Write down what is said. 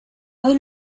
hoy